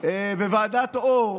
וועדת אור,